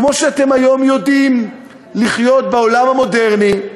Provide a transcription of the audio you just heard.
כמו שאתם היום יודעים לחיות בעולם המודרני,